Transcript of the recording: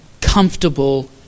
comfortable